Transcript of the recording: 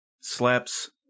slaps